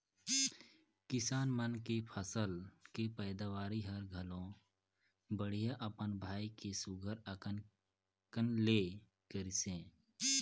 किसान मन के फसल के पैदावरी हर घलो बड़िहा अपन भाई के सुग्घर अकन ले करिसे